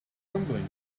crumbling